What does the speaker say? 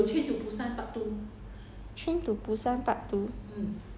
but 没有什么好介绍 also don't know what is nice